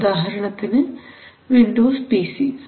ഉദാഹരണത്തിന് Windows P C സ്